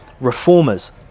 reformers